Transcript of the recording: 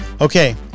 Okay